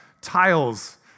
tiles